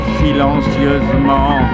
silencieusement